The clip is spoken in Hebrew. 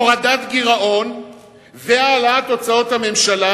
הורדת גירעון והעלאת הוצאות הממשלה,